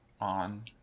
on